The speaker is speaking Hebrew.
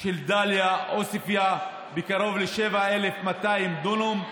של דאליה ועוספיא בקרוב ל-7,200 דונם.